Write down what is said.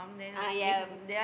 ayam